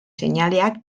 seinaleak